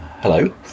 hello